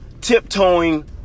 tiptoeing